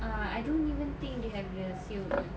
uh I don't even think they have the C_O_E